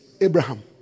Abraham